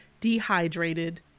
dehydrated